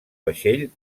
vaixell